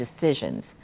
decisions